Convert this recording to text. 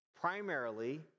primarily